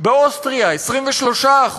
באוסטריה, 23%,